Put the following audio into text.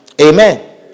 Amen